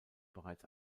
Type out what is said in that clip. bereits